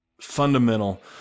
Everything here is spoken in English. fundamental